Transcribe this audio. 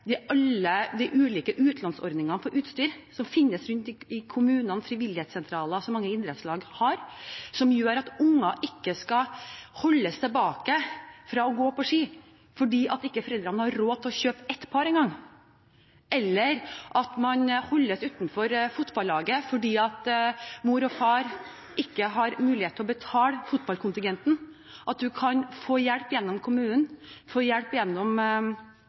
alle de ulike utlånsordningene for utstyr som finnes rundt omkring i kommunene, f.eks. frivillighetssentraler, som mange idrettslag har, som gjør at barn ikke skal holdes tilbake fra å gå på ski fordi foreldrene ikke har råd til å kjøpe ett par en gang, eller som gjør at barn ikke skal holdes utenfor fotballaget fordi mor og far ikke har mulighet til å betale fotballkontingenten, og at en kan få hjelp gjennom kommunen